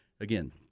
again